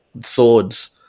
swords